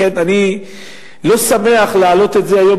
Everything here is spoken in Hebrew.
לכן אני לא שמח להעלות את זה היום,